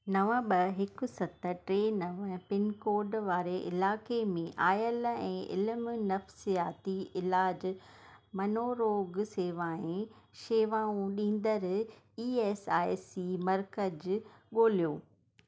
नव ॿ हिकु सत टे नव पिनकोड वारे इलाइके में आयल ऐं इल्मु नफसियाती इलाज़ मनोरोग सेवाए शेवाऊं ॾींदड़ु ई एस आई सी मर्कज़ ॻोल्हियो